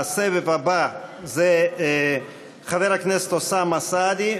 הסבב הבא: חבר הכנסת אוסאמה סעדי,